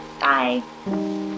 Bye